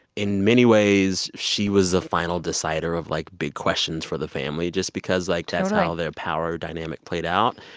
in many ways, she was the final decider of, like, big questions for the family just because, like, that's how their power dynamic played out.